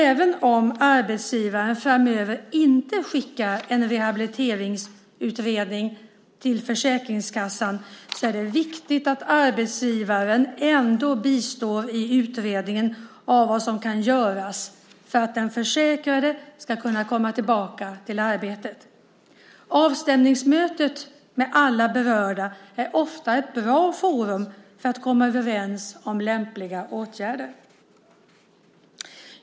Även om arbetsgivaren framöver inte skickar en rehabiliteringsutredning till Försäkringskassan är det viktigt att arbetsgivaren ändå bistår i utredningen av vad som kan göras för att den försäkrade ska kunna komma tillbaka till arbete. Avstämningsmötet med alla berörda är ofta ett bra forum för att komma överens om lämpliga åtgärder.